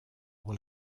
will